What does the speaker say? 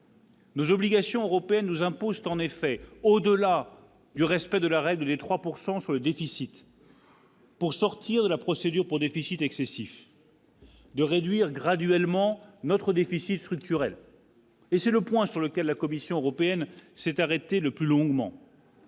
Nos obligations européennes nous impose, en effet, au-delà du respect de la règle des 3 pourcent sur le déficit. Pour sortir de la procédure pour déficit excessif de réduire graduellement notre déficit structurel. Et c'est le point sur lequel la Commission européenne s'est arrêté le plus longuement.